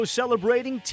celebrating